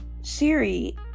Siri